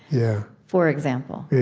yeah for example